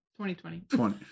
2020